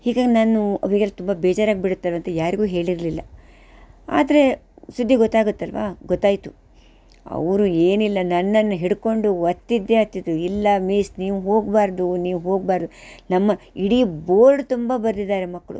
ಹೀಗಾಗಿ ನಾನು ಅವ್ರಿಗೆಲ್ಲ ತುಂಬ ಬೇಜಾರಾಗಿ ಬಿಡುತ್ತಲ್ವ ಅಂತ ಯಾರಿಗೂ ಹೇಳಿರಲಿಲ್ಲ ಆದರೆ ಸುದ್ದಿ ಗೊತ್ತಾಗುತ್ತಲ್ವ ಗೊತ್ತಾಯಿತು ಅವರು ಏನಿಲ್ಲ ನನ್ನನ್ನು ಹಿಡ್ಕೊಂಡು ಅತ್ತಿದ್ದೇ ಅತ್ತಿದ್ದು ಇಲ್ಲ ಮಿಸ್ ನೀವು ಹೋಗಬಾರ್ದು ನೀವು ಹೋಗ್ಬಾರ್ದು ನಮ್ಮ ಇಡೀ ಬೋರ್ಡ್ ತುಂಬ ಬರ್ದಿದ್ದಾರೆ ಮಕ್ಕಳು